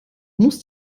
muss